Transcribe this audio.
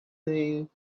nail